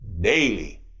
daily